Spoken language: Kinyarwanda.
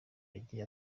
yagiye